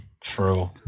True